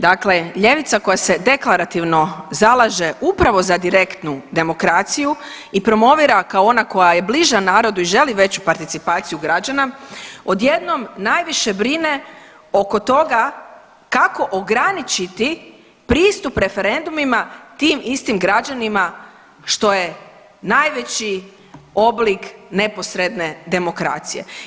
Dakle, ljevica koja se deklarativno zalaže upravo za direktnu demokraciji i promovira kao ona koja je bliža narodu i želi veću participaciju građana odjednom najviše brine oko toga kako ograničiti pristup referendumima tim istim građanima što je najveći oblik najveće demokracije.